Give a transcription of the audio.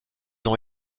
ont